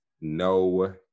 no